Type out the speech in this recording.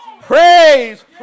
Praise